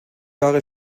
jahre